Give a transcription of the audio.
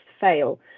fail